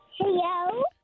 Hello